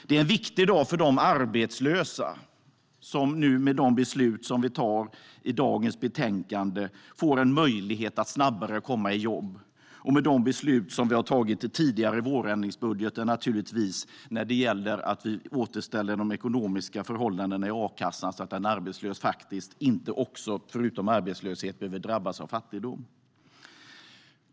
Det är en viktig dag för de arbetslösa, som med de beslut vi nu fattar i och med dagens betänkande får en möjlighet att snabbare komma i jobb. Det handlar också om de beslut som vi har fattat i den tidigare vårändringsbudgeten när det gäller att vi återställer de ekonomiska förhållandena i a-kassan så att en arbetslös förutom arbetslöshet inte också behöver drabbas av fattigdom.